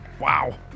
Wow